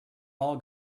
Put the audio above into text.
all